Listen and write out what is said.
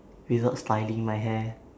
without styling my hair